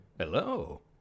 Hello